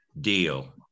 deal